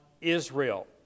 Israel